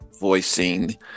voicing